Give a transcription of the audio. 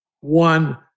one